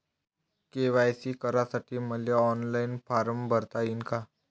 KYC करासाठी मले online form भरता येईन का?